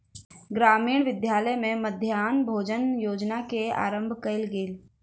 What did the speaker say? ग्रामीण विद्यालय में मध्याह्न भोजन योजना के आरम्भ कयल गेल